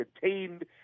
contained